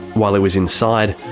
while he was inside,